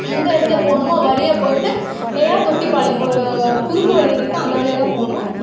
எந்த இடத்துல போகணுமோ வழியா போயிட்டு நேராக தொட்டிப்பாளையம் ஒரு குறுக்கு வழி இருக்கு அந்த வழியா தான் போகணும்